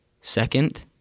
Second